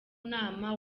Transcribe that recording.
nama